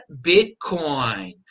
Bitcoin